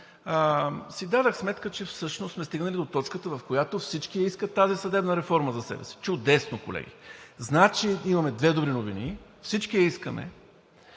си дадох сметка, че всъщност сме стигнали до точката, в която всички я искат тази съдебна реформа за себе си. Чудесно, колеги! Значи имаме две добри новини – всички я искаме.